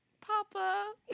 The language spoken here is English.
Papa